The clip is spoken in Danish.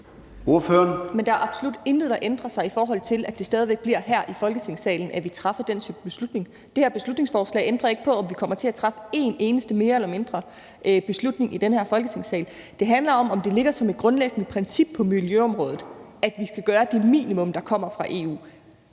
Der er absolut intet, der ændrer sig i, i forhold til at det stadig væk bliver her i Folketingssalen, at vi træffer den type beslutning. Det her beslutningsforslag ændrer ikke på, om vi kommer til at træffe en eneste beslutning mere eller mindre i denne Folketingssal. Det handler om, om det ligger som et grundlæggende princip på miljøområdet, at vi skal gøre de minimumskrav, der kommer fra EU.